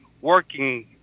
working